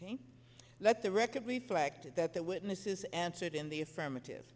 ok let the record reflect that the witnesses answered in the affirmative